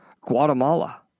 Guatemala